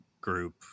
group